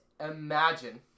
imagine